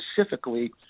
specifically